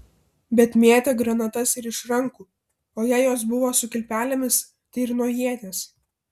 bet mėtė granatas ir iš rankų o jei jos buvo su kilpelėmis tai ir nuo ieties